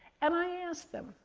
and i asked them.